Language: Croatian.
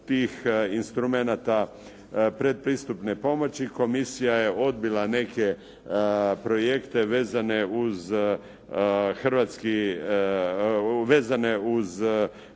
tih instrumenata predpristupne pomoći komisija je odbila neke projekte vezane uz unapređenje